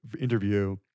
interview